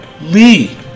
Lee